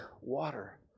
water